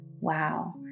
wow